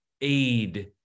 aid